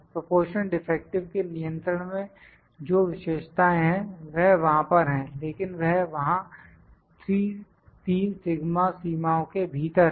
proportion defective के नियंत्रण में जो विशेषताएँ हैं वह वहां पर हैं लेकिन वह वहां 3σ सीमाओं के भीतर हैं